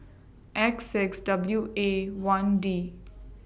X six W A one D